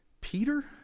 peter